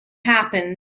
happened